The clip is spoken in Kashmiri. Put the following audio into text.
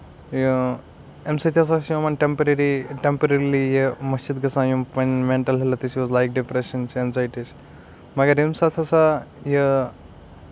یہِ اَمہِ سۭتۍ ہسا چھِ یِمَن ٹیمپٔرری ٹیمپٔررلی یہِ مٔشِد گژھان یِم پَنٕنۍ mental health issues like depression چھُ ایٚنٛزیٹی چھُ مَگر ییٚمہِ ساتہٕ ہسا یہِ